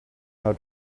how